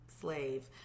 slave